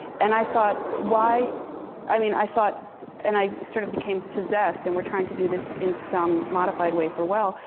and i thought, why i mean, i thought and i sort of became possessed. and we're trying to do this in some modified way for well.